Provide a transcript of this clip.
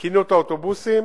תקינות האוטובוסים